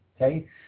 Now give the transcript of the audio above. Okay